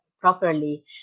properly